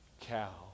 cow